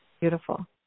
Beautiful